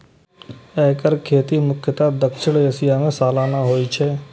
एकर खेती मुख्यतः दक्षिण एशिया मे सालाना होइ छै